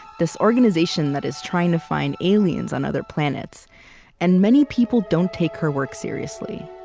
this organization that is trying to find aliens on other planets and many people don't take her work seriously.